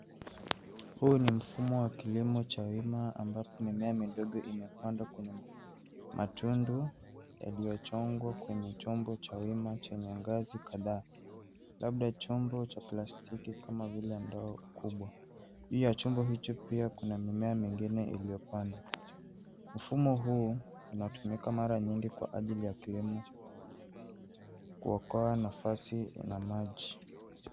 Huu ni mfumo wa kilimo cha wima ambapo mimea midogo imepandwa kwenye matundu yaliyochongwa kwenye chombo cha wima chenye ngazi kadhaa. Labda chombo cha plastiki kama vile ndoo kubwa .Pia chombo hicho pia kuna mimea mingine iliyopandwa. Mfumo huu unatumika mara mingi kwa ajili ya kilimo kuokoa nafasi na maji.